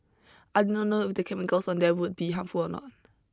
I did not know if the chemicals on them would be harmful or not